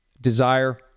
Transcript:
desire